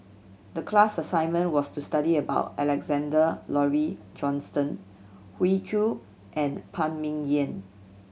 the class assignment was to study about Alexander Laurie Johnston Hoey Choo and Phan Ming Yen